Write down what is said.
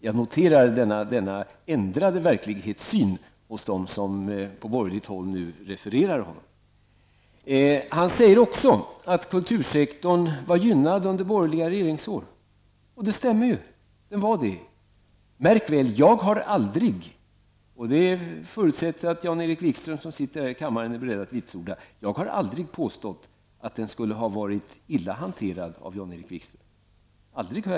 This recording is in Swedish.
Jag noterar denna ändrade syn på verkligheten hos dem som från borgerligt håll nu refererar honom. Han säger också att kultursektorn var gynnad under de borgerliga regeringsåren, och det stämmer ju. Den var det. Märk väl, jag har aldrig, och det förutsätter jag att Jan-Erik Wikström som sitter här i kammaren är beredd att vitsorda, påstått att den skulle varit illa hanterad av Jan-Erik Wikström. Det har jag aldrig gjort.